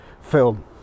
film